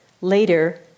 Later